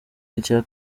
icya